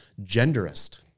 genderist